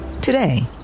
Today